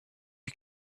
you